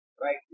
right